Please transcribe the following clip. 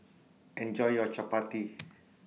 Enjoy your Chappati